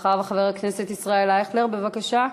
אחריו, חבר הכנסת ישראל אייכלר, בבקשה,